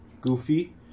goofy